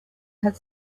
had